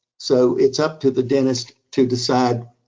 so it's up to the dentist to decide,